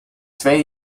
twee